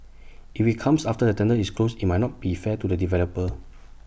if IT comes after the tender is closed IT might not be fair to the developer